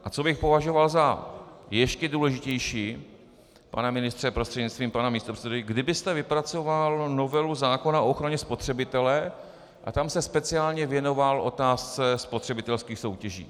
A co bych považoval za ještě důležitější, pane ministře prostřednictvím pana místopředsedy, kdybyste vypracoval novelu zákona o ochraně spotřebitele a tam se speciálně věnoval otázce spotřebitelských soutěží.